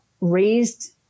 raised